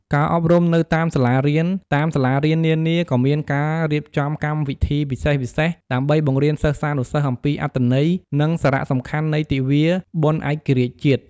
ការអប់រំនៅតាមសាលារៀន តាមសាលារៀននានា ក៏មានការរៀបចំកម្មវិធីពិសេសៗ ដើម្បីបង្រៀនសិស្សានុសិស្សអំពីអត្ថន័យ និងសារៈសំខាន់នៃទិវាបុណ្យឯករាជ្យជាតិ។